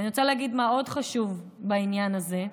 ואני רוצה להגיד מה עוד חשוב בעניין הזה,